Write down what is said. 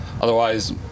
otherwise